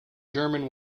german